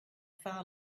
far